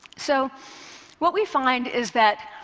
so what we find is that